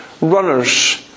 runners